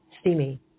steamy